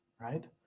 right